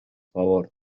favor